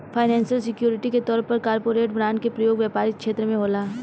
financial security के तौर पर कॉरपोरेट बॉन्ड के प्रयोग व्यापारिक छेत्र में होला